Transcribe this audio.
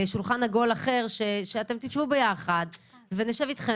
לשולחן עגול אחר כך שאתם תשבו ביחד ונשב אתכם